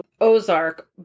Ozark